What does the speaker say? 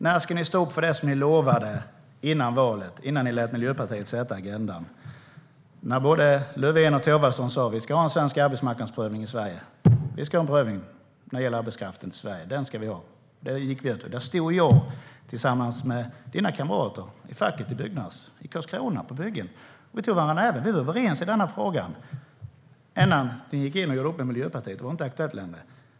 När ska ni stå för det som ni lovade före valet, innan ni lät Miljöpartiet bestämma agendan? Både Löfven och Thorwaldsson sa att vi ska ha en svensk arbetsmarknadsprövning av arbetskraften till Sverige. Jag stod tillsammans med dina kamrater i Byggnads i Karlskrona. Vi tog varandra i näven och var överens i denna fråga. Det var innan ni gjorde upp med Miljöpartiet, och då var det inte aktuellt längre.